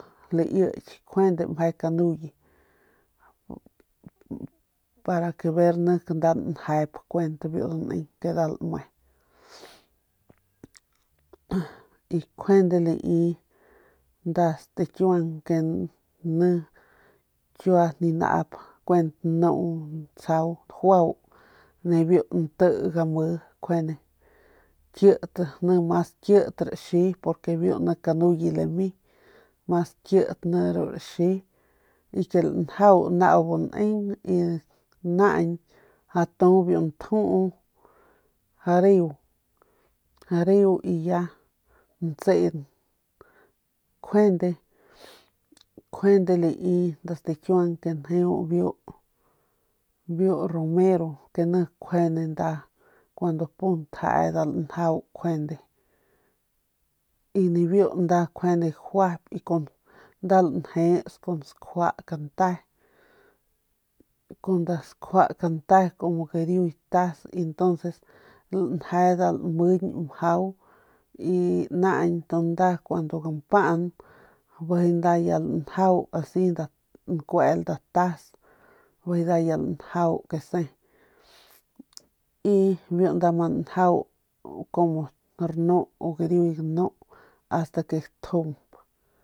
Tauadan ru layky kjuande meje kanuye ver nik nda njep de biu daneng ke nda lame y kjuende lai nda ki stikiuang ke laui kiua kuent ninau nuu biu nti game kjuande areu ya ntseng kjuende lai biu stikiuang ke njeu biu romero ni kjuande kun nda pu ntje kun nibiu kjuande nda gajuyp kun skjua kante y entonces lanje nda lanjes mjau y naañ kun gampan bijiy ya lanjau lankuel nda tas bijiy ya lanjau kese y pa nda njau kumu rnu o gariuy ganu ast ke gatjump.